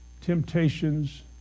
temptations